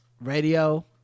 Radio